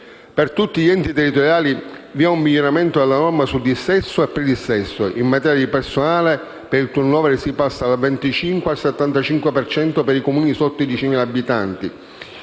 Per tutti gli enti territoriali vi è un miglioramento delle norme sul dissesto e pre-dissesto. In materia di personale, per il *turnover* si passa dal 25 al 75 per cento per i Comuni sotto i 10.000 abitanti